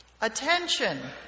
Attention